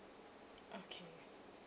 okay